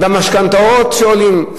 והמשכנתאות שעולות.